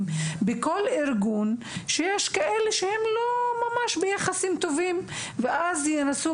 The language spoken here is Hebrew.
בכל ארגון: שיש כאלה שהם לא ממש ביחסים טובים ואז הם ינסו